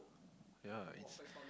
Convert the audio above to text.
yeah it's